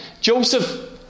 Joseph